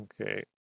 Okay